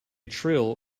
trill